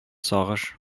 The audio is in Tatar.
сагыш